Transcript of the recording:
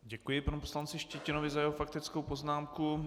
Děkuji panu poslanci Štětinovi za jeho faktickou poznámku.